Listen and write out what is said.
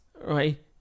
right